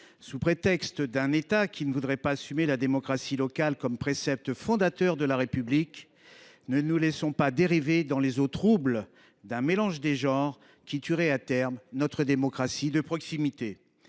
Au prétexte d’un État qui ne voudrait pas assumer la démocratie locale comme précepte fondateur de la République, ne nous laissons pas dériver dans des eaux troubles, vers un mélange des genres qui tuerait, à terme, notre démocratie de proximité.